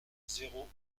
zéro